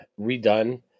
redone